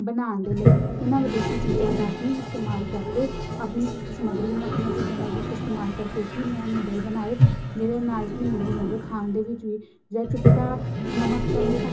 ਬਣਾਉਣ ਦੇ ਲਈ ਇਹਨਾਂ ਵਿਦੇਸ਼ੀ ਚੀਜ਼ਾਂ ਦਾ ਹੀ ਇਸਤੇਮਾਲ ਕਰਕੇ ਆਪਣੀ ਸਮੱਗਰੀ ਨਾਲ ਇਹਨਾਂ ਚੀਜ਼ਾਂ ਦਾ ਯੂ ਇਸਤੇਮਾਲ ਕਰਕੇ ਹੀ ਮੈਂ ਨਿਊਡਲ ਬਣਾਏ ਜਿਹਦੇ ਨਾਲ ਕਿ ਮੇਰੇ ਨਿਊਡਲ ਖਾਣ ਦੇ ਵੀ ਜਿਹੜੇ ਚਿੱਟਾ ਨਮਕ ਕਹਿੰਦੇ